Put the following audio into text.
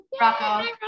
Rocco